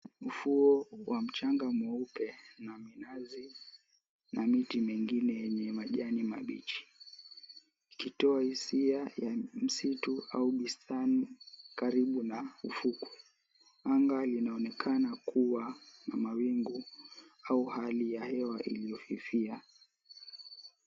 Ufuo wa mchanga mweupe una minazi na miti mingine yenye majani mabichi, ukitoa hisia ya msitu au bustani karibu ufuko. Anga linaonekana kuwa na mawingu au hali ya hewa liyofifia.